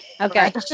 Okay